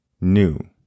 new